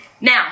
Now